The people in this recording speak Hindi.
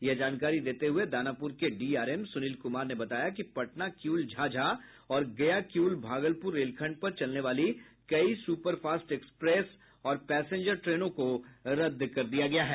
यह जानकारी देते हुये दानापुर के डीआरएम सुनील कुमार ने बताया कि पटना किऊल झाझा और गया किऊल भागलपुर रेलखंड पर चलने वाली कई सुपरफास्ट एक्सप्रेस और पैसेंजर ट्रेनों को रद्द किया गया है